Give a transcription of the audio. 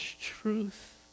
truth